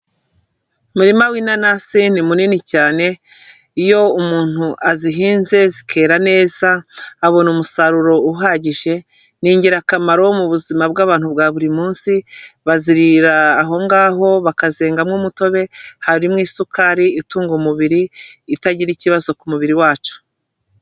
Umurima w'inanase ni munini cyane, iyo umuntu azihinze zikera neza abona umusaruro uhagije, ni ingirakamaro mu buzima bw'abantu bwa buri munsi bazirira aho ngaho, bakazengamo umutobe, harimo isukari itunga umubiri itagira ikibazo ku mubiri wacu.